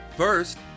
First